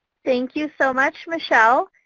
thank you so much michelle,